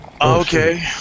Okay